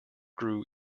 grew